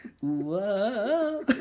Whoa